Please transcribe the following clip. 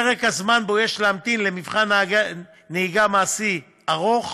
פרק הזמן שיש להמתין למבחן נהיגה מעשי, ארוך,